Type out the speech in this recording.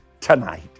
tonight